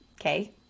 Okay